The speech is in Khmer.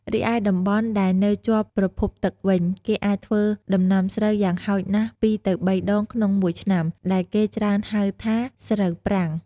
រីឯតំបន់ដែលនៅជាប់ប្រភពទឹកវិញ គេអាចធ្វើដំណាំស្រូវយ៉ាងហោចណាស់ពីរទៅបីដងក្នុងមួយឆ្នាំ ដែលគេច្រើនហៅថាស្រូវប្រាំង។